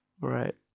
Right